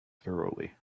thoroughly